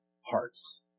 hearts